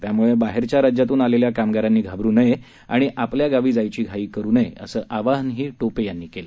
त्यामुळे बाहेरच्या राज्यातून आलेल्या कामगारांनी घाबरू नये आणि आपल्या गावी जायची घाई करू नये असं आवाहनही टोपे यांनी केलं